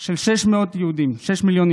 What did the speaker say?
של שישה מיליון יהודים.